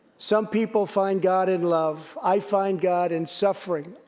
some people find god in love. i find god in suffering.